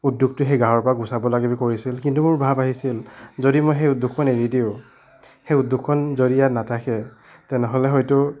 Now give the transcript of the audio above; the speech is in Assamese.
উদ্যাগটো সেই গাঁৱৰ পৰা গুচাব লাগে বুলি কৈছিল কিন্তু মোৰ ভাৱ আহিছিল যদি মই সেই উদ্যোগখন এৰি দিওঁ সেই উদ্যাগখন যদি ইয়াত নাথাকে তেনেহ'লে হয়তো